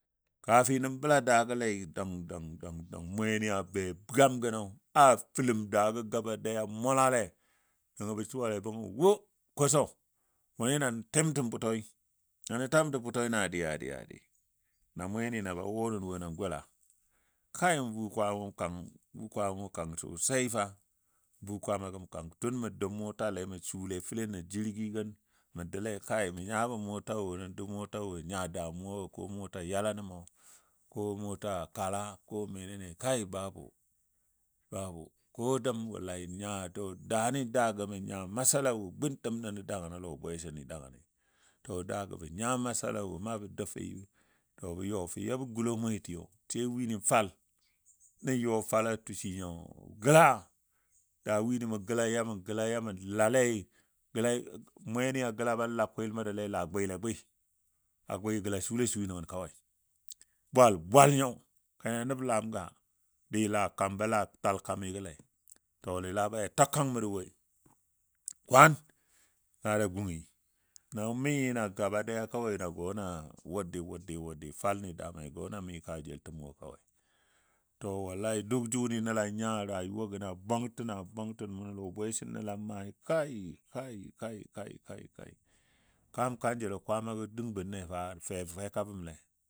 Kafin nən bəla daagle dəng dəng dəng dəng mweni a be gamgənɔ a fələm daagɔ gaba ɗaya dangən mʊlale nəngɔ bə suwale bəngɔ wo ko sɔ wʊni na nə tamtən bʊtɔi na dɨ a dɨ a dɨ na mweni na ba wɔnən wo na gola kai n buu kwaama gəm kang, buu kwaama gəm kang sosai fa, buu kwaama gəm kang tun mə dou motale mə sule fəlen nən jirgi gən mə doule kai mə nyabɔ motawo nən dou motawo nya damuwa ko mota yala nən mə ko mota kala, ko menene kai babu, babu ko dəm wallahi nya dou daani daagɔ mə nya masalawo guntəm nən dəngən a lɔ bwesəni dangəni. To daagɔ mə nya masalawo na bə dou fəi to bə yɔ fou yɔ bə gulo mwe tiyo, tiyo wini fal nan yɔ fala tushi nyo glaa daa wini mə glaa ya mə glaa ya mə lallei glaa mweni be la gwil məndile laa gʊile gʊi. A gʊi glaa suule sui nəngən kawai bwalbwal nyo kana nəblamka dila kambɔ la tal kamigɔle. To laa be da taa kang məndi woi kwan laa da gungi na mi nyi na gaba ɗaya kawai gɔ naa wurdii wurdii wurdii, falni damai gɔ na mi ka jeltəm wo kawai. To wallahi duk jʊni nəl a nya rayuwa gən a bwangtən a bwangtən nəl a maai, kai kai kai kai kai kam kanjəlɔ kwaamagɔ dəng bənle fa fe feka bəmle.